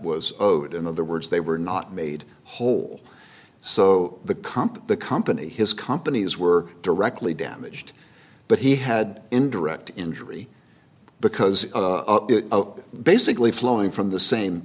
owed in other words they were not made whole so the comp the company his companies were directly damaged but he had indirect injury because of basically flowing from the same